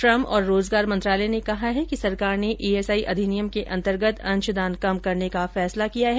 श्रम और रोजगार मंत्रालय ने कहा है कि सरकार ने ईएसआई अधिनियम के अंतर्गत अंशदान कम करने का फैसला किया है